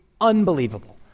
unbelievable